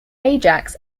ajax